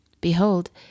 Behold